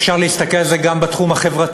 אפשר להסתכל על זה גם בתחום החברתי-כלכלי,